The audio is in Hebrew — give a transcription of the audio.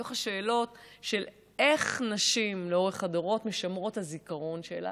מתוך השאלות של איך נשים לאורך הדורות משמרות את הזיכרון שלה.